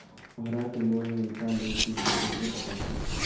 हमरा के लोन मिलता ले की न कैसे पता चलते?